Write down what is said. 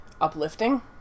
uplifting